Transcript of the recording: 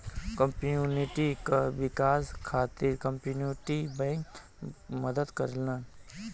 community क विकास खातिर कम्युनिटी बैंक मदद करलन